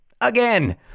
again